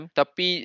tapi